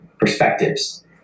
perspectives